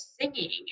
singing